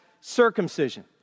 circumcision